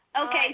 Okay